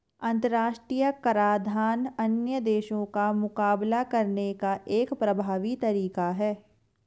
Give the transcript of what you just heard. अंतर्राष्ट्रीय कराधान अन्य देशों का मुकाबला करने का एक प्रभावी तरीका है